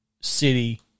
city